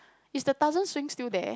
is the Tarzan swing still there